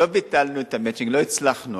לא ביטלנו את ה"מצ'ינג", לא הצלחנו.